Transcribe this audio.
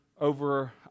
over